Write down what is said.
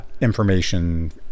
information